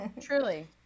Truly